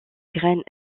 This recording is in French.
graines